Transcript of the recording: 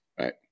right